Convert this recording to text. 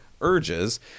urges